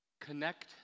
Connect